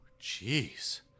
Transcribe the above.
Jeez